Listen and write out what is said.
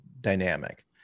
dynamic